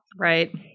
Right